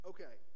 Okay